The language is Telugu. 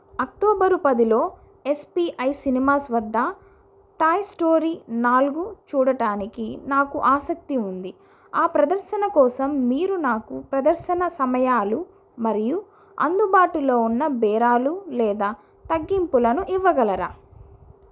అక్టోబరు పదిలో ఎస్ పీ ఐ సినిమాస్ వద్ద టాయ్ స్టోరీ నాలుగు చూడటానికి నాకు ఆసక్తి ఉంది ఆ ప్రదర్శన కోసం మీరు నాకు ప్రదర్శన సమయాలు మరియు అందుబాటులో ఉన్న బేరాలు లేదా తగ్గింపులను ఇవ్వగలరా